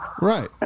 Right